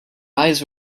eyes